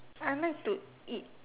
I like to eat